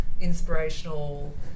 inspirational